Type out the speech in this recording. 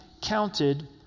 counted